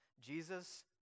Jesus